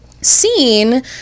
seen